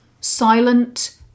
silent